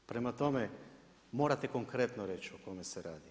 Prema tome, morate konkretno reći o kome se radi.